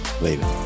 Later